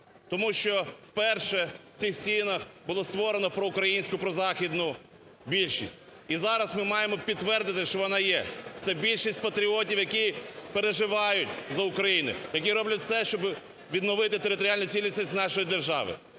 Тому що вперше в цих стінах було створено проукраїнську, прозахідну більшість. І зараз ми маємо підтвердити, що вона є. Це більшість патріотів, які переживають за Україну, які роблять все, щоб відновити територіальну цілісність нашої держави.